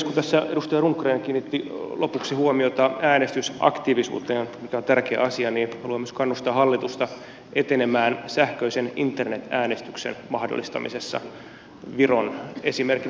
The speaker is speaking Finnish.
kun tässä edustaja rundgren kiinnitti lopuksi huomiota äänestysaktiivisuuteen mikä on tärkeä asia niin haluan myös kannustaa hallitusta etenemään sähköisen internetäänestyksen mahdollistamisessa viron esimerkin rohkaisemana